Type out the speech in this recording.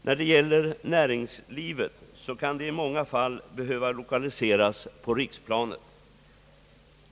När det gäller näringslivet kan lokalisering i många fall behöva ske på riksplanet.